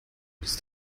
bist